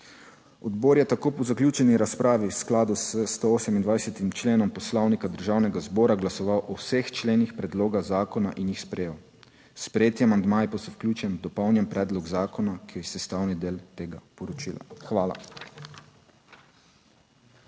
Odbor je tako po zaključeni razpravi v skladu s 128. členom Poslovnika Državnega zbora glasoval o vseh členih predloga zakona in jih sprejel. Sprejeti amandmaji pa so vključeni v dopolnjen predlog zakona, ki je sestavni del tega poročila. Hvala.